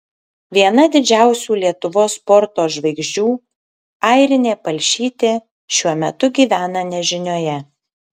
viena didžiausių lietuvos sporto žvaigždžių airinė palšytė šiuo metu gyvena nežinioje